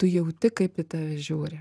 tu jauti kaip į tave žiūri